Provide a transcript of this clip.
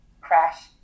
crash